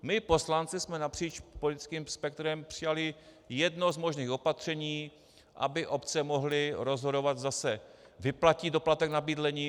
My poslanci jsme napříč politickým spektrem přijali jedno z možných opatření, aby obce mohly rozhodovat, zda se vyplatí doplatek na bydlení.